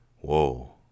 Whoa